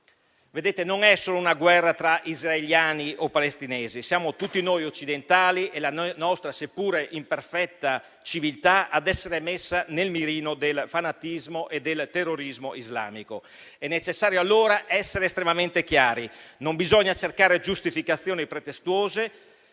succedendo non è solo una guerra tra israeliani o palestinesi: siamo tutti noi occidentali ed è la nostra seppur imperfetta civiltà ad essere messa nel mirino del fanatismo e del terrorismo islamico. È necessario allora essere estremamente chiari: non bisogna cercare giustificazioni pretestuose